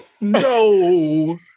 No